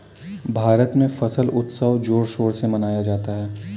भारत में फसल उत्सव जोर शोर से मनाया जाता है